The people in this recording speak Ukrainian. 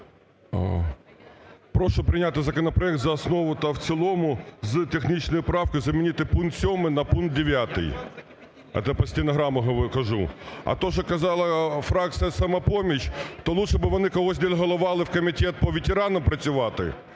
Прошу прийняти законопроект за основу та в цілому з технічною правкою замінити пункт 7 на пункт 9. Це під стенограму кажу. А те, що казала фракція "Самопоміч", то лучше б вони когось делегували у Комітет по ветеранам працювати,